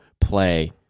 play